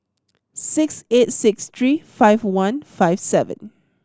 six eight six three five one five seven